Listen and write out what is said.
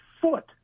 foot